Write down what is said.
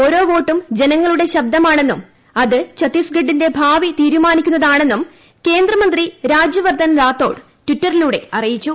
ഓരോ വോട്ടും ജനങ്ങളുടെ ശബ്ദമാണെന്നും അത് ഛത്തീസ്ഖണ്ഡിന്റെ ഭാവി തീരുമാനിക്കുന്നതാണെന്നും കേന്ദ്ര മന്ത്രി രാജ്യവർദ്ധൻ റാത്തോഡ് ട്വിറ്ററിലൂടെ അറിയിച്ചു